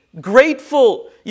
grateful